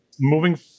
moving